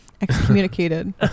excommunicated